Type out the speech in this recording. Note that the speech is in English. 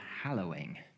hallowing